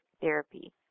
therapy